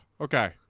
Okay